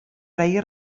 reia